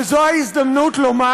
וזו ההזדמנות לומר: